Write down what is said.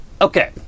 Okay